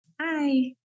Hi